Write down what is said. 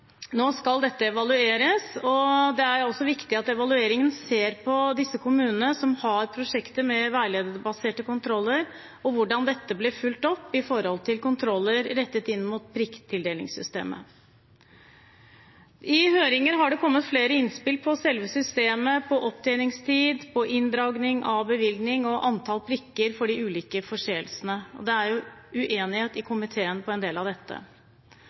nå skal dette evalueres, og det er også viktig at evalueringen ser på disse kommunene som har prosjekter med veiledningsbaserte kontroller, og hvordan dette blir fulgt opp i forhold til kontroller rettet inn mot prikktildelingssystemet. I høringer har det kommet flere innspill om selve systemet – på opptjeningstid, på inndragning av bevilling og på antall prikker for de ulike forseelsene. Det er uenighet i komiteen om en del av dette.